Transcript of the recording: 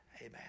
Amen